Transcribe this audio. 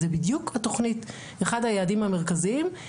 זה בדיוק אחד היעדים המרכזיים בתכנית